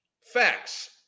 facts